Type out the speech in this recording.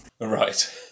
Right